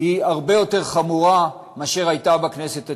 היא הרבה יותר חמורה מאשר הייתה בכנסת התשע-עשרה.